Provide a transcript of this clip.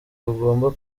rugomba